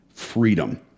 freedom